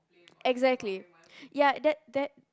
exactly ya that that